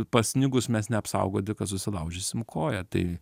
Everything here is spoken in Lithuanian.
pasnigus mes neapsaugoti kad susilaužysim koją tai